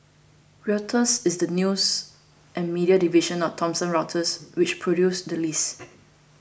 Reuters is the news and media division of Thomson Reuters which produced the list